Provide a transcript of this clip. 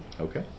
Okay